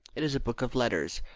it is a book of letters.